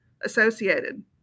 associated